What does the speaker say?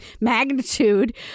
magnitude